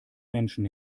menschen